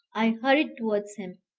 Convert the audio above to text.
i hurried towards him,